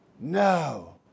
No